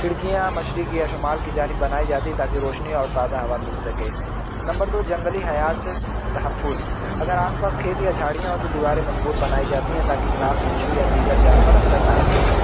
کھڑکیاں مشرق کی یا شمال کی جانی بنائی جاتی ہے تاکہ روشنی اور تازہ ہوا مل سکے نمبر دو جنگلی حیات سے تحفظ اگر آس پاس کھیت یا جھاڑیاں تو دیواریں مضبوط بنائی جاتی ہیں تاکہ سانپ بچھو یا دیگر جانور اندر نہ آ سکیں